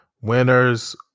Winners